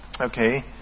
Okay